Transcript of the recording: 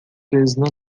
preso